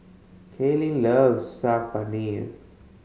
Cailyn loves Saag Paneer